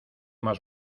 más